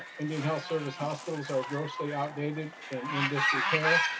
indian health service hospitals are grossly outdated and in disrepair.